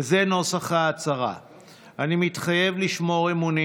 וזה נוסח ההצהרה: אני מתחייבת לשמור אמונים